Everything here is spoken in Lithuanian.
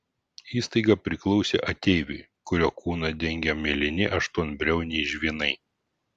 įstaiga priklausė ateiviui kurio kūną dengė mėlyni aštuonbriauniai žvynai